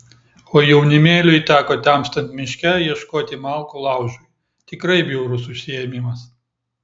o jaunimėliui teko temstant miške ieškoti malkų laužui tikrai bjaurus užsiėmimas